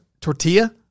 tortilla